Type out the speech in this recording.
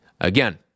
Again